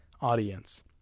audience